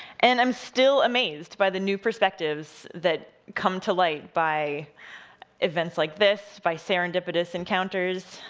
and i'm still amazed by the new perspectives that come to light by events like this, by serendipitous encounters,